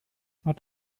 not